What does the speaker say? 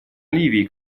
ливии